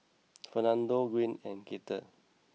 Fernando Gwyn and Gaither